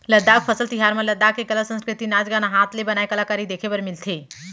लद्दाख फसल तिहार म लद्दाख के कला, संस्कृति, नाच गाना, हात ले बनाए कलाकारी देखे बर मिलथे